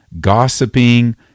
gossiping